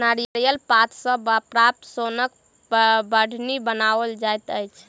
नारियलक पात सॅ प्राप्त सोनक बाढ़नि बनाओल जाइत अछि